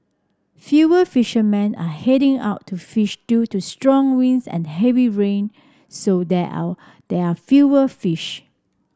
fewer fishermen are heading out to fish due to strong winds and heavy rain so there are there are fewer fish